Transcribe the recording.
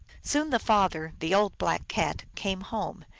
soon the father, the old black cat, came home,